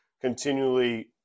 continually